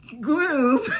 Gloom